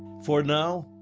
for now,